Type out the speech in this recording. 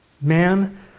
Man